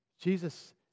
Jesus